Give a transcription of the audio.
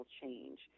change